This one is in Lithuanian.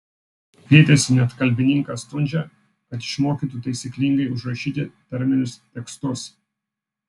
kvietėsi net kalbininką stundžią kad išmokytų taisyklingai užrašyti tarminius tekstus